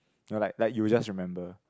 no like like you will just remember